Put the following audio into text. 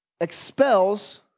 expels